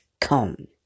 come